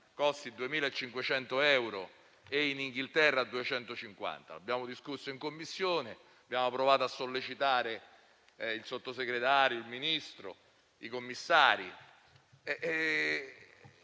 costi 2.500 euro e nel Regno Unito 250. Ne abbiamo discusso in Commissione; abbiamo provato a sollecitare il Sottosegretario, il Ministro e i commissari.